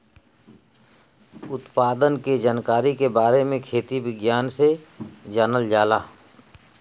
उत्पादन के जानकारी के बारे में खेती विज्ञान से जानल जाला